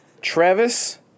Travis